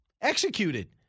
executed